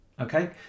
okay